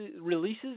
releases